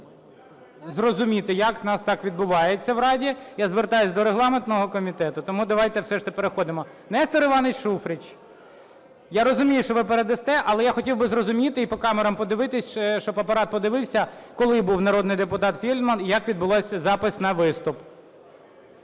зрозуміти, як у нас так відбувається в Раді, я звертаюся до регламентного комітету. Тому давайте все ж... переходимо. Нестор Іванович Шуфрич, я розумію, що ви передасте, але я хотів би зрозуміти і по камерам подивитись, щоб Апарат подивився, коли був народний депутат Фельдман і як відбувся запис на виступ.